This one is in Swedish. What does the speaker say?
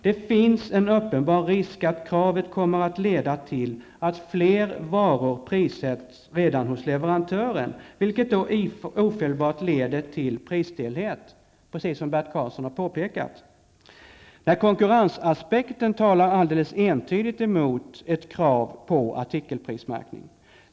Det finns en uppenbar risk att kravet kommer att leda till att fler varor prissätts redan hos leverantören, vilket ofelbart leder till prisstelhet, precis som Bert Karlsson har påpekat. Nej, konkurrensaspekten talar alldeles entydigt mot ett krav på artikelprismärkning.